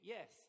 Yes